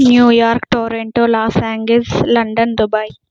New York Toronto Los Angeles London Dubai